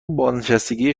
بازنشستگی